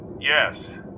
Yes